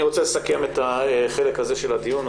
אני רוצה לסכם את החלק הזה של הדיון.